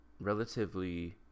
relatively